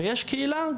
ויש קהילה,